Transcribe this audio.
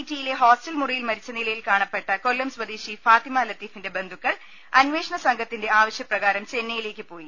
ടിയിലെ hostel മു റി യിൽ മ രി ച്ച നിലയിൽ കാണപ്പെട്ട കൊല്ലം സ്വദേശി ഫാത്തിമ ലത്തീഫിൻെറ ബന്ധു ക്കൾ അന്വേഷണ സംഘത്തിന്റെ ആവശ്യപ്രകാരം ചെന്നൈയിലേക്ക് പോ യി